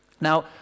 Now